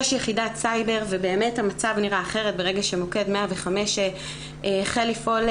יש יחידת סייבר ובאמת המצב נראה אחרת ברגע שמוקד 105 החל לפעול,